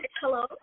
Hello